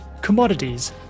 commodities